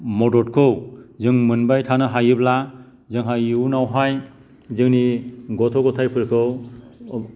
मददखौ जों मोनबाय थानो हायोब्ला जोंहा इउनावहाय जोंनि गथ' गथायफोरखौ